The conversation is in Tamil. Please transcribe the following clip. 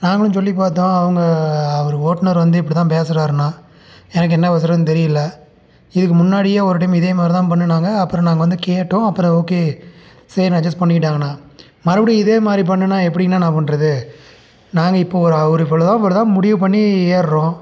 நாங்களும் சொல்லி பார்த்தோம் அவங்க அவர் ஓட்டுனர் வந்து இப்படிதான் பேசுகிறாருண்ணா எனக்கு என்ன பேசுகிறதுன்னு தெரியல இதுக்கு முன்னாடியும் ஒரு டைம் இதே மாதிரி தான் பண்ணுனாங்க அப்புறம் நாங்கள் வந்து கேட்டோம் அப்புறம் ஓகே சரினு அட்ஜெஸ்ட் பண்ணிக்கிட்டாங்கண்ணா மறுபடியும் இதே மாதிரி பண்ணினா எப்படிண்ணா நான் பண்ணுறது நாங்கள் இப்போ ஒரு ஒரு இவ்வளோ தான் இவ்வளோ தான் முடிவு பண்ணி ஏர்கிறோம்